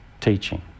teaching